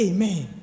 Amen